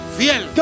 fiel